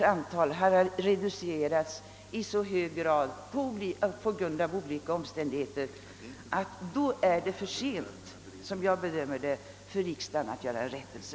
Vid den tidpunkten kan dessa änkors antal på grund av olika omständigheter ha reducerats i så hög grad att det, som jag bedömer det, då är för sent för riksdagen att vidta rättelse.